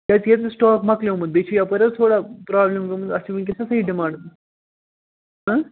کیٛازِ ییٚتہِ چھُ سِٹاک مۅکلیٛومُت بیٚیہِ چھِ یَپٲرۍ حظ تھوڑا پرٛابلِم گٲمٕژ اَسہِ چھِ وُنکٮ۪نَس حظ صحیح ڈیمانٛڈ